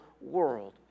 world